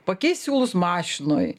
pakeist siūlus mašinoj